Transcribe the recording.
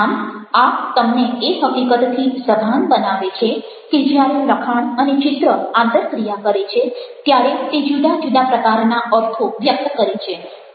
આમ આ તમને એ હકીકતથી સભાન બનાવે છે કે જ્યારે લખાણ અને ચિત્ર આંતરક્રિયા કરે છે ત્યારે તે જુદા જુદા પ્રકારના અર્થો વ્યક્ત કરે છે